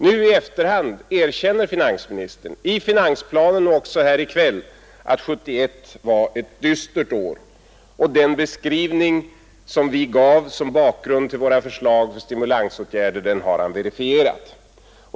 Nu i efterhand erkänner finansministern — i finansplanen och även här i kväll — att 1971 var ett dystert år, och den beskrivning som vi gav som bakgrund för våra förslag till stimulansåtgärder har han verifierat.